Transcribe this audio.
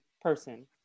person